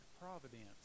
providence